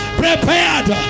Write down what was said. prepared